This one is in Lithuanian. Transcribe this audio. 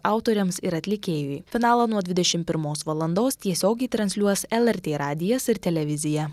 autoriams ir atlikėjui finalo nuo dvidešimt pirmos valandos tiesiogiai transliuos el er tė radijas ir televizija